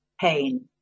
pain